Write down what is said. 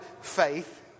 faith